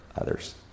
others